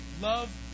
Love